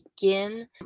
begin